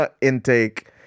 intake